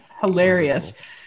hilarious